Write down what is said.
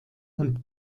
und